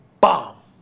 bomb